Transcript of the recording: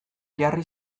jarri